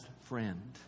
friend